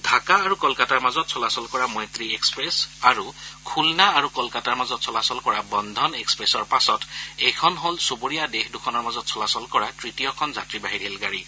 ঢ়াকা আৰু কলকাতাৰ মাজত চলাচল কৰা মৈত্ৰী এক্সপ্ৰেছ আৰু খুলনা আৰু কলকাতাৰ মাজত চলাচল কৰা বন্ধন এক্সপ্ৰেছৰ পাচত এইখন হ'ল চুবুৰীয়া দেশ দুখনৰ মাজত চলাচল কৰা তৃতীয়খন যাত্ৰীবাহী ৰেলগাড়ী